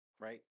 right